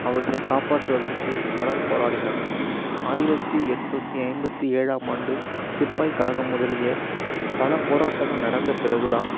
அவற்றை காப்பாற்றுவதற்கு பலர் போராடினர் ஆயிரத்தி எண்ணூத்தி ஐம்பத்தி ஏழாம் ஆண்டு சிப்பாய் கழகம் முதலிய பலப்போராட்டங்கள் நடந்த பிறகுதான்